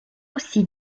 aussi